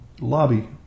lobby